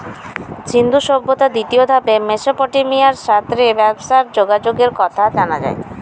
সিন্ধু সভ্যতার দ্বিতীয় ধাপে মেসোপটেমিয়ার সাথ রে ব্যবসার যোগাযোগের কথা জানা যায়